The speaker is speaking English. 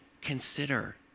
consider